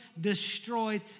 destroyed